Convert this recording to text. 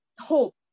hope